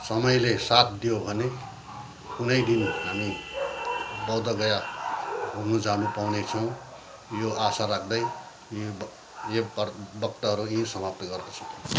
समयले साथ दियो भने कुनै दिन हामी बौद्धगया घुम्नु जानु पाउनेछौँ यो आशा राख्दै यी वाक्यहरू यहीँ समाप्त गर्दछु